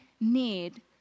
need